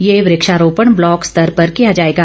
ये वृक्षारोपण ब्लॉक स्तर पर किया जाएगा